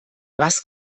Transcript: was